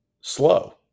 slow